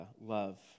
love